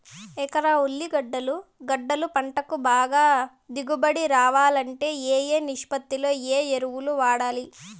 ఎకరా ఉర్లగడ్డలు గడ్డలు పంటకు బాగా దిగుబడి రావాలంటే ఏ ఏ నిష్పత్తిలో ఏ ఎరువులు వాడాలి?